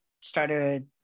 started